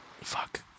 Fuck